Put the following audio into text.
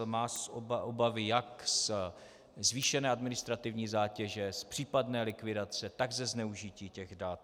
Má obavy jak ze zvýšené administrativní zátěže, z případné likvidace, tak ze zneužití těch dat.